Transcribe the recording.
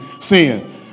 Sin